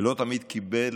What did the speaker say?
ולא תמיד קיבל